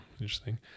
Interesting